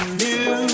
new